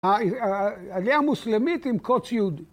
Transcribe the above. ‫העליה המוסלמית עם קוץ יהודי.